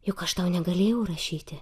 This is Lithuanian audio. juk aš tau negalėjau rašyti